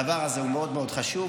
הדבר הזה הוא מאוד מאוד חשוב,